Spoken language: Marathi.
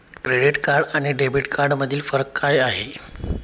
क्रेडिट कार्ड आणि डेबिट कार्डमधील फरक काय आहे?